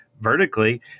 vertically